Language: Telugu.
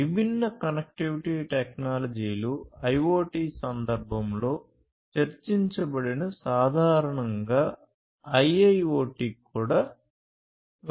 విభిన్న కనెక్టివిటీ టెక్నాలజీలు IoT సందర్భంలో చర్చించబడిన సాధారణంగా IIoT కి కూడా వర్తిస్తాయి